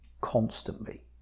constantly